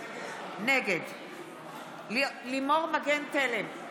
נגד לימור מגן תלם,